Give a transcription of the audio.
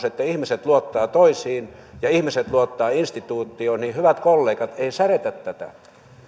että ihmiset luottavat toisiin ja ihmiset luottavat instituutioon hyvät kollegat ei särjetä tätä